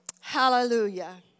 Hallelujah